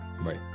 Right